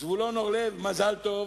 זבולון אורלב, מזל טוב,